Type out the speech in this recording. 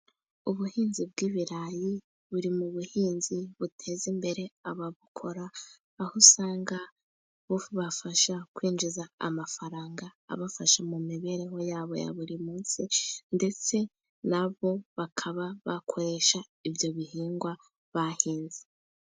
Ubuhinzi bw'ibirayi buri mu buhinzi buteza imbere ababukora , aho usanga bubafasha kwinjiza amafaranga abafasha mu mibereho yabo ya buri munsi , ndetse nabo bakaba bakoresha ibyo bihingwa bahinze.